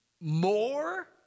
more